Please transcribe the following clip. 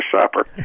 supper